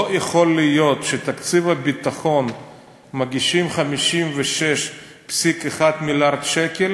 לא יכול להיות שאת תקציב הביטחון מגישים על 56.1 מיליארד שקל,